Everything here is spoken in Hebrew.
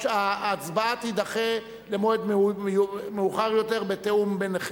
ההצבעה תידחה למועד מאוחר יותר, בתיאום ביניכם.